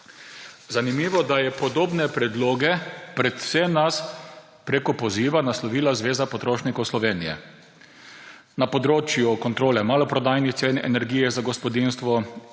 Zanimivo, da je podobne predloge pred vse nas preko poziva naslovila Zveza potrošnikov Slovenije na področju kontrole maloprodajnih cen energije za gospodinjstva